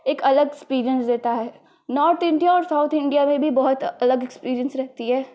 एक अलग एक्सपीरिएन्स देता है नॉर्थ इण्डिया और साउथ इण्डिया में भी बहुत अलग एक्सपीरिएन्स रहता है